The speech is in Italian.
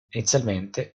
inizialmente